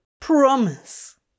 Promise